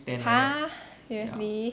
!huh! seriously